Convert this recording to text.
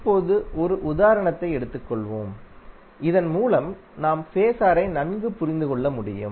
இப்போது ஒரு உதாரணத்தை எடுத்துக்கொள்வோம் இதன் மூலம் நாம் ஃபேஸரை நன்கு புரிந்து கொள்ள முடியும்